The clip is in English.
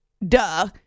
Duh